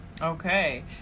Okay